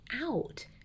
out